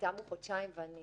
תמו חודשיים ואני